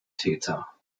täter